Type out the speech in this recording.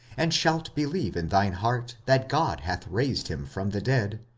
and shalt believe in thine heart that god hath raised him from the dead,